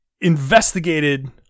investigated